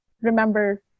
remember